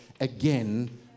again